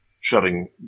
shutting